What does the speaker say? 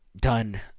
done